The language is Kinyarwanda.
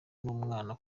n’umwana